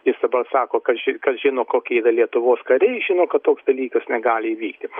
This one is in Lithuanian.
jis dabar sako kaži kas žino kokie yra lietuvos kariai žino kad toks dalykas negali įvykti